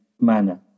manner